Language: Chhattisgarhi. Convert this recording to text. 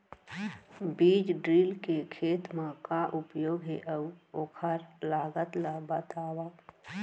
बीज ड्रिल के खेत मा का उपयोग हे, अऊ ओखर लागत ला बतावव?